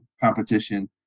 competition